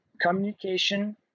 Communication